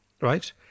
right